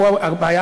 ופה הבעיה,